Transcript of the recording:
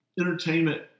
entertainment